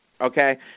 Okay